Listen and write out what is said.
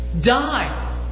Die